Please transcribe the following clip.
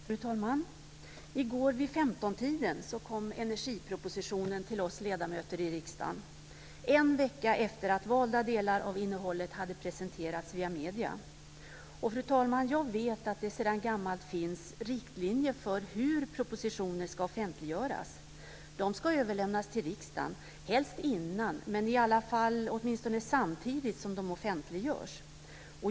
Fru talman! I går vid femtontiden kom energipropositionen till oss ledamöter i riksdagen, en vecka efter att valda delar av innehållet hade presenterats via medierna. Fru talman! Jag vet att det sedan gammalt finns riktlinjer för hur propositioner ska offentliggöras. De ska överlämnas till riksdagen, helst innan, men i alla fall åtminstone samtidigt som de offentliggörs.